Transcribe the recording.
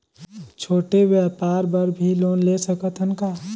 छोटे व्यापार बर भी लोन ले सकत हन का?